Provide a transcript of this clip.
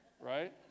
right